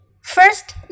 First